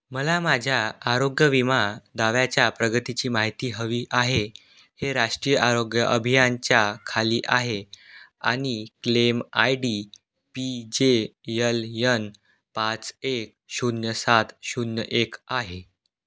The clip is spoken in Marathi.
मला माझ्या आरोग विमा दाव्याच्या प्रगतीची माहिती हवी आहे हे राष्ट्रीय आरोग्य अभियानाच्या खाली आहे आणि claim I D P J L N पाच एक शून्य सात शून्य एक आहे